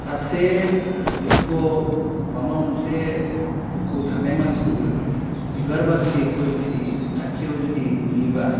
सासे दुखुआव माबा मोनसे दुखुआव थानाय मानसिखौबो बिबार बारसेखौ जुदि खाथियाव जुदि नुयोबा